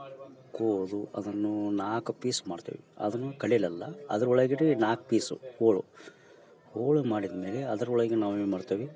ಕೋದು ಅದನ್ನು ನಾಲ್ಕು ಪೀಸ್ ಮಾಡ್ತೇವಿ ಅದನು ಕಳಿಲಲ್ಲ ಅದರೊಳಗಡೆ ನಾಲ್ಕು ಪೀಸು ಹೋಳು ಹೋಳು ಮಾಡಿದ್ಮೇಲೆ ಅದ್ರೊಳಗೆ ನಾವು ಏನು ಮಾಡ್ತವಿ